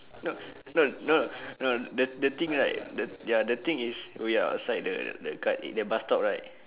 not no no no the the thing right the ya the thing is we are outside the the guard in the bus stop right